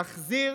נחזיר